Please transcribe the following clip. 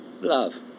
Love